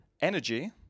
energy